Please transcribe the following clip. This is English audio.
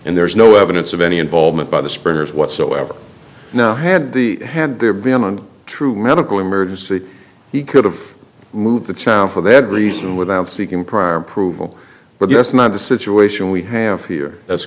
and there's no evidence of any involvement by the spinners whatsoever no had the had there been on true medical emergency he could have moved the child for that reason without seeking prior approval but yes not the situation we have here that's